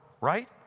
right